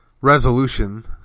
resolution